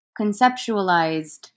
conceptualized